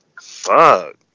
Fuck